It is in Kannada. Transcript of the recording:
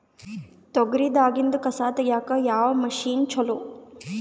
ತೊಗರಿ ದಾಗಿಂದ ಕಸಾ ತಗಿಯಕ ಯಾವ ಮಷಿನ್ ಚಲೋ?